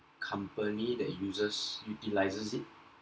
company that uses utilises it